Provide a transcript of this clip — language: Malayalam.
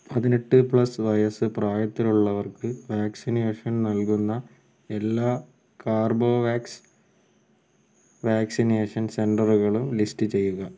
പതിനെട്ട് പ്ലസ് വയസ്സ് പ്രായത്തിലുള്ളവർക്ക് വാക്സിനേഷൻ നൽകുന്ന എല്ലാ കോർബോവാക്സ് വാക്സിനേഷൻ സെൻറ്ററുകളും ലിസ്റ്റ് ചെയ്യുക